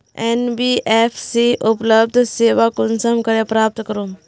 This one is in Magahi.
एन.बी.एफ.सी उपलब्ध सेवा कुंसम करे प्राप्त करूम?